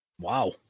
Wow